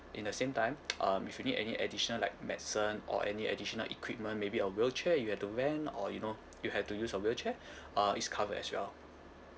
in the same time um if you need any additional like medicine or any additional equipment maybe a wheelchair you have to rent or you know you have to use a wheelchair uh it's covered as well